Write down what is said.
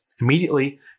Immediately